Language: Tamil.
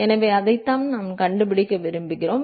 எனவே அதைத்தான் நாம் கண்டுபிடிக்க விரும்புகிறோம்